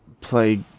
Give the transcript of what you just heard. play